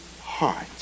heart